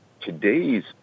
today's